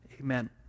Amen